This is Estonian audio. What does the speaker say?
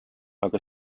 aga